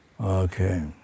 Okay